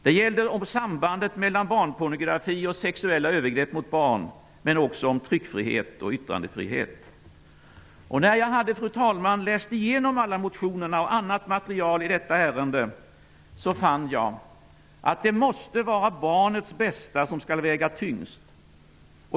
Det gällde sambandet mellan barnpornografi och sexuella övergrepp mot barn, men också tryckfrihet och yttrandefrihet. När jag hade läst igenom alla motionerna och annat material i detta ärende fann jag, fru talman, att det måste vara barnets bästa som skall väga tyngst.